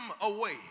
away